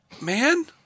Man